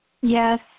Yes